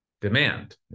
demand